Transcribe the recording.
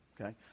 okay